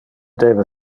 debe